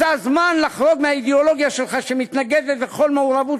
זה הזמן לחרוג מהאידיאולוגיה שלך שמתנגדת לכל מעורבות